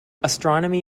astronomy